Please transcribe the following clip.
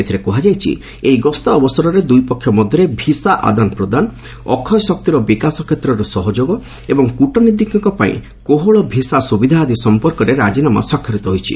ଏଥିରେ କୃହାଯାଇଛି ଏହି ଗସ୍ତ ଅବସରରେ ଦୂଇ ପକ୍ଷ ମଧ୍ୟରେ ଭିସା ଆଦାନ ପ୍ରଦାନ ଅକ୍ଷୟ ଶକ୍ତିର ବିକାଶ କ୍ଷେତ୍ରରେ ସହଯୋଗ ଏବଂ କୃଟନୀତିଜ୍ଞଙ୍କ ପାଇଁ କୋହଳ ଭିସା ସ୍ରବିଧା ଆଦି ସମ୍ପର୍କରେ ରାଜିନାମା ସ୍ୱାକ୍ଷରିତ ହୋଇଛି